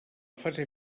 fase